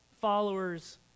followers